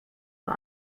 vor